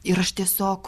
ir aš tiesiog